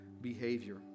behavior